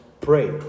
pray